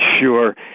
Sure